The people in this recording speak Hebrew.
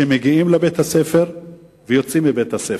שמגיעים לבית-הספר ויוצאים מבית-הספר,